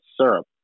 syrup